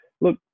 Look